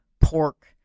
pork